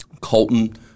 Colton